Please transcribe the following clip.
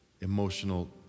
emotional